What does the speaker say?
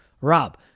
Rob